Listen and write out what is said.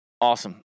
awesome